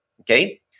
Okay